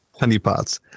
Honeypots